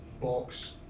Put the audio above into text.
box